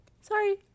Sorry